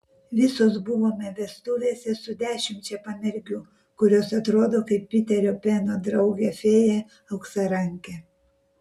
visos buvome vestuvėse su dešimčia pamergių kurios atrodo kaip piterio peno draugė fėja auksarankė